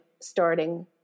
starting